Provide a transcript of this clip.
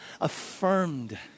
affirmed